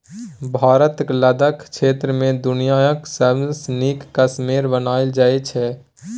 भारतक लद्दाख क्षेत्र मे दुनियाँक सबसँ नीक कश्मेरे बनाएल जाइ छै